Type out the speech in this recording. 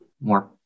more